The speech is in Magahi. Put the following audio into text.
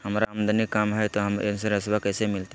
हमर आमदनी कम हय, तो इंसोरेंसबा कैसे मिलते?